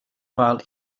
file